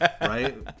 Right